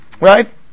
right